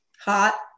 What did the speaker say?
Hot